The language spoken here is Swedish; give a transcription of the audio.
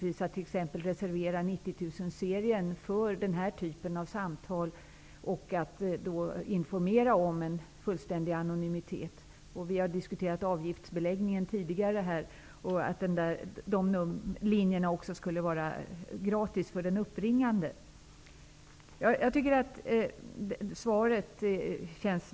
Ett sätt är att reservera 90 000-serien för den här typen av samtal och att då informera om att det är fråga om en fullständig anonymitet. Vi har här tidigare diskuterat avgiftsbeläggningen och att dessa linjer skulle vara gratis för den uppringande. Det känns mycket bra att ha fått detta svar.